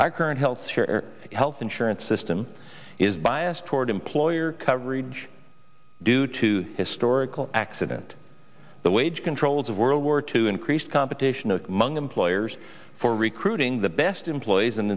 our current health care health insurance system is biased toward employer coverage due to historical accident the wage controls of world war two increased competition among employers for recruiting the best employees and